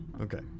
Okay